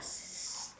s~